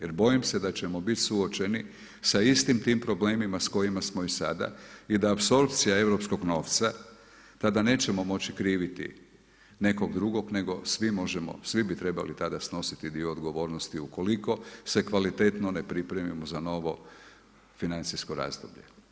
Jer bojim se da ćemo biti suočeni sa istim tim problemima sa kojima smo i sada i da apsorpcija europskog novca tada nećemo moći kriviti nekog drugog, nego svi možemo svi bi trebali tada snositi dio odgovornosti ukoliko se kvalitetno ne pripremimo za novo financijsko razdoblje.